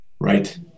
right